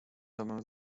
domem